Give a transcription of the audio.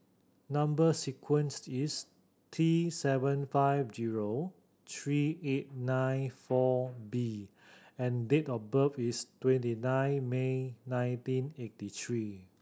number sequence is T seven five zero three eight nine four B and date of birth is twenty nine May nineteen eighty three